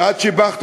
שאת שיבחת,